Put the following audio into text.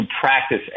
practice